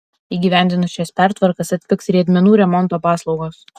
įgyvendinus šias pertvarkas atpigs riedmenų remonto paslaugos